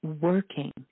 working